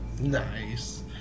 Nice